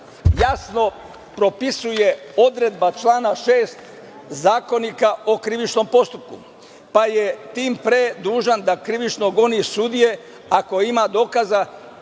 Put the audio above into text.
jasno propisuje odredba člana 6. Zakonika o krivičnom postupku, pa je tim pre dužan da krivično goni sudije, ako ima dokaza